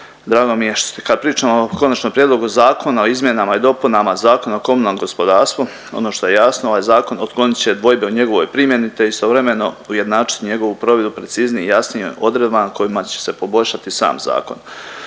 Drago mi što ste kad pričamo o Konačnom prijedlogu zakonu o izmjenama i dopunama Zakona o komunalnom gospodarstvu ono što je jasno ovaj zakon otklonit će dvojbe u njegovoj primjeni te istovremeno ujednačit njegovu provedbu preciznijim i jasnijim odredbama kojima će se poboljšati sam zakon.